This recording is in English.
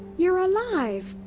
you're alive!